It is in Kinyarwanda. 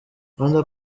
rwanda